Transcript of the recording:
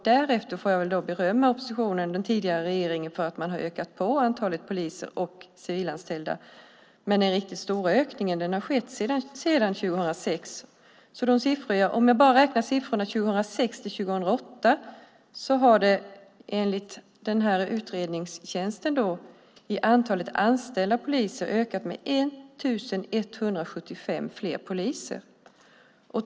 Därefter får jag berömma oppositionen, den tidigare regeringen, för att man ökat på antalet poliser och civilanställda. Men den riktigt stora ökningen har skett sedan år 2006. Om jag bara räknar siffrorna för 2006-2008 har enligt utredningstjänsten antalet anställda poliser ökat med 1 175 poliser.